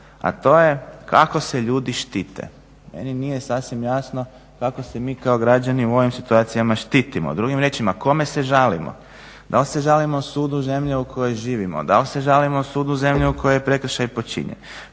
a to je kako se ljudi štite. Meni nije sasvim jasno kako se mi kao građani u ovim situacijama štitimo. Drugim riječima kome se žalimo? Da li se žalimo sudu zemlje u kojoj živimo? Da li se žalimo sudu zemlje u kojoj je prekršaj počinjen?